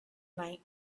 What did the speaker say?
night